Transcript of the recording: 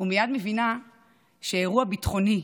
ומייד מבינה שאירוע ביטחוני,